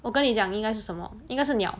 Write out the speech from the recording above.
我跟你讲应该是什么应该是鸟